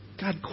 God